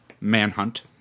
manhunt